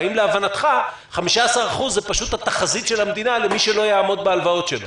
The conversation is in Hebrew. והאם להבנתך 15% זה פשוט התחזית של המדינה למי שלא יעמוד בהלוואות שלו?